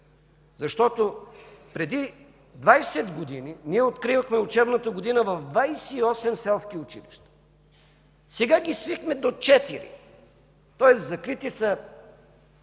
защото преди 20 години ние откривахме учебната година в 28 селски училища. Сега ги свихме до 4, тоест закрити са